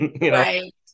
Right